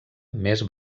més